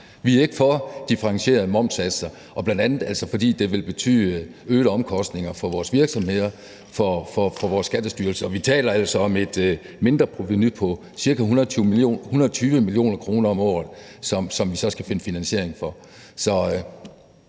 Vi er ikke for differentierede momssatser, bl.a. fordi det ville betyde øgede omkostninger for vores virksomheder og for vores Skattestyrelse, og vi taler altså om et mindre provenu på 120 mio. kr. om året, som vi så skal finde finansiering for.